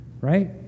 right